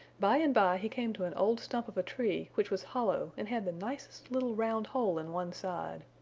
by and by he came to an old stump of a tree which was hollow and had the nicest little round hole in one side.